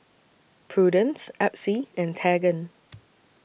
Prudence Epsie and Tegan